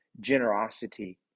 generosity